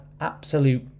absolute